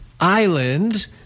island